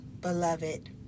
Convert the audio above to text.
beloved